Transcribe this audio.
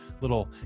little